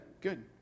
Good